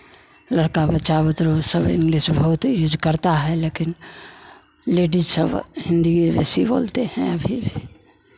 लड़का बच्चा बुतरू सब इंग्लिश बहुत यूज़ करता है लेकिन लेडीज़ सब हिन्दी बेशी बोलते हैं फिर